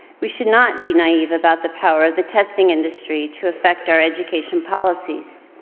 we should not be naive about the power of the testing industry to affect our education policies,